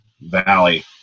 Valley